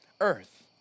Earth